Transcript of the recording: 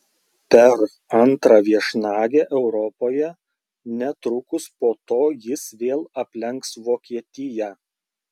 per antrą viešnagę europoje netrukus po to jis vėl aplenks vokietiją